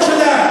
לא משנה,